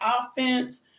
offense